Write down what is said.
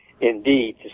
indeed